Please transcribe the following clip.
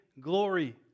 glory